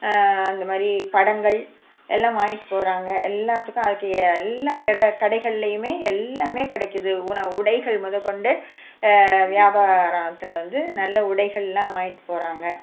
இந்த மாதிரி படங்கள் எல்லாம் வாங்கிட்டு போகிறாங்க எல்லாத்துக்கும் அதுக்கு எல்லா எட கடைகள்லேயும் எல்லாமே கிடைக்கிது உணவு உடைகள் முதக்கொண்டு வியாபாரத்தில் வந்து நல்ல உடைகளெலாம் வாங்கிட்டு போகிறாங்க